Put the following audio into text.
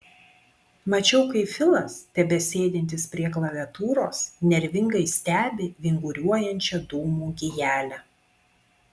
mačiau kaip filas tebesėdintis prie klaviatūros nervingai stebi vinguriuojančią dūmų gijelę